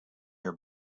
your